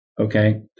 okay